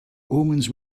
omens